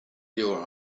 your